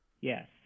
Yes